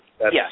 Yes